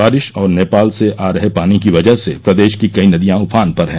बारिश और नेपाल से आ रहे पानी की वजह से प्रदेश की कई नदियां उफान पर हैं